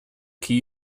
key